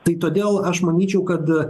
tai todėl aš manyčiau kad